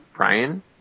Brian